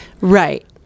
Right